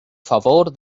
favor